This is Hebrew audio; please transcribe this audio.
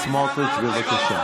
חבר הכנסת סמוטריץ', בבקשה.